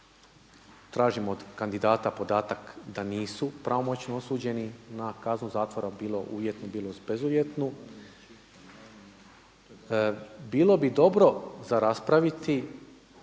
tražimo od kandidata podatak da nisu pravomoćno osuđeni na kaznu zatvora bilo uvjetno, bilo bezuvjetnu. Bilo bi dobro za raspraviti